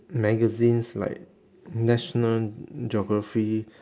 magazines like national geography